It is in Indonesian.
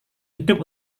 hidup